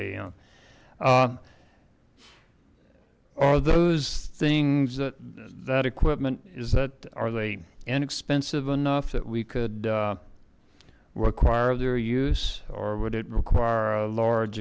a m are those things that that equipment is that are they inexpensive enough that we could require their use or would it require a large